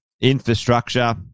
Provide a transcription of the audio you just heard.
infrastructure